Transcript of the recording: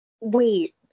Wait